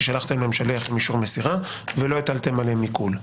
כי שלחתם להם שליח עם אישור מסירה ולא הטלתם עליהם עיקול?